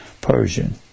Persian